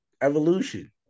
evolution